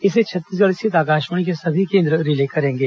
इसे छत्तीसगढ़ स्थित आकाशवाणी के सभी केंद्र रिले करेंगे